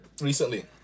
recently